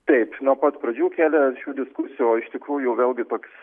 taip nuo pat pradžių kėlė aršių diskusijų o iš tikrųjų vėlgi toks